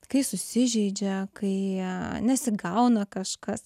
kai susižeidžia kai nesigauna kažkas